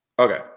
Okay